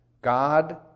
God